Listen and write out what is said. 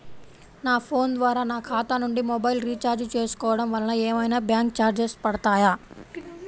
నా ఫోన్ ద్వారా నా ఖాతా నుండి మొబైల్ రీఛార్జ్ చేసుకోవటం వలన ఏమైనా బ్యాంకు చార్జెస్ పడతాయా?